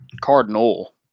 Cardinal